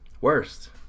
Worst